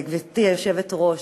גברתי היושבת-ראש,